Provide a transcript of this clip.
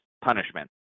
punishment